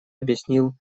объяснил